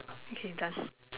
okay done